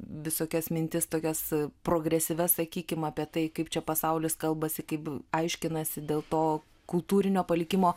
visokias mintis tokias progresyvias sakykim apie tai kaip čia pasaulis kalbasi kaip aiškinasi dėl to kultūrinio palikimo